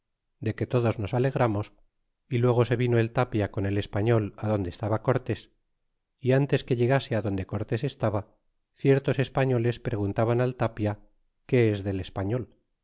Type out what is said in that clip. de que todos nos alegramos y luego se vino el tapia con el español adonde estaba cortés y ntes que llegase adonde cortés estaba ciertos españoles preguntaban asi tapia i qué es del español